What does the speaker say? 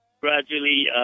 Gradually